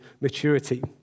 maturity